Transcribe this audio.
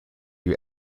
you